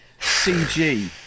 CG